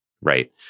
right